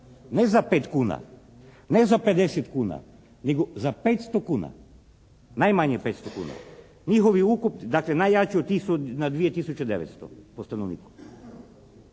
Ne za 5 kuna, ne za 50 kuna, nego za 500 kuna. Najmanje 500 kuna. Dakle, najjači od tih su na 2 tisuće 900 po stanovniku.